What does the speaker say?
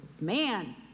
man